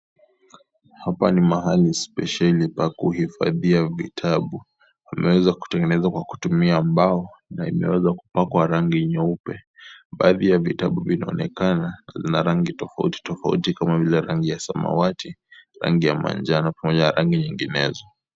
Hapa ni mahali spesheli pa kuhifadhia vitabu. Ameweza kutengeneza kwa kutumia mbao, na imeweza kupakwa rangi nyeupe. Baadhi ya vitabu vinaonekana, vina rangi tofauti tofauti kama vile rangi ya samawati, rangi ya manjano, pamoja na rangi nyinginezo.